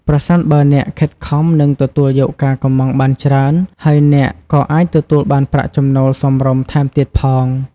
ប្រសិនបើអ្នកខិតខំ និងទទួលយកការកម្ម៉ង់បានច្រើន ហើយអ្នកក៏អាចទទួលបានប្រាក់ចំណូលសមរម្យថែមទៀតផង។